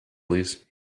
please